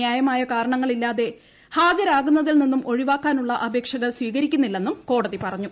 നൃായമായ കാരണങ്ങളില്ലാതെ ഹാജരാകുന്നതിൽ നിന്നും ഒഴിവാക്കാനുള്ള അപേക്ഷകൾ സ്വീകരിക്കില്ലെന്നും കോടതി പറഞ്ഞു